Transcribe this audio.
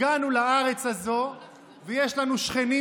הגענו לארץ הזאת ויש לנו שכנים,